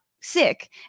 sick